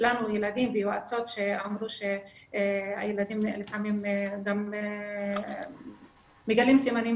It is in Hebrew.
לנו ילדים ויועצות שאמרו שהילדים לפעמים גם מגלים סימנים